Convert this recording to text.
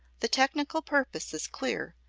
the technical purpose is clear,